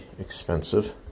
expensive